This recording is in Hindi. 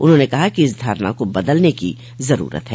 उन्होंने कहा कि इस धारणा को बदलने की जरूरत है